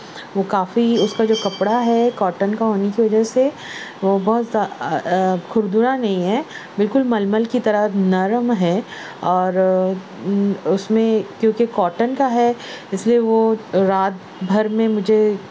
وہ کافی اس کا جو کپڑا ہے کاٹن کا ہونے کی وجہ سے وہ بہت کھردرا نہیں ہے بالکل ململ کی طرح نرم ہے اور اس میں کیونکہ کاٹن کا ہے اس لیے وہ رات بھر میں مجھے